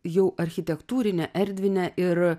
jau architektūrinę erdvinę ir